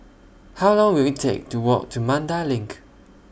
How Long Will IT Take to Walk to Mandai LINK